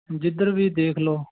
ਜਿੱਧਰ ਵੀ ਦੇਖ ਲਓ